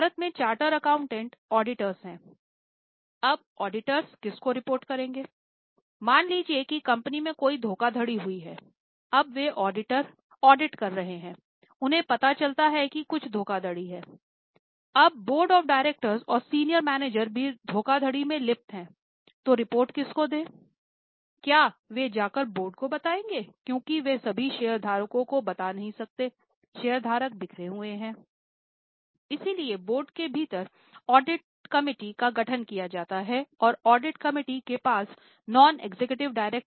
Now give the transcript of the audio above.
भारत में चार्टर एकाउंटेंटको देंगये